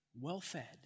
well-fed